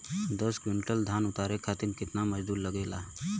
दस क्विंटल धान उतारे खातिर कितना मजदूरी लगे ला?